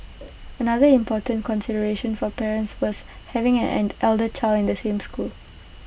another important consideration for parents was having an an elder child in the same school